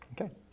okay